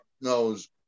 knows